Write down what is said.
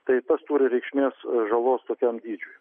tai tas turi reikšmės žalos tokiam dydžiui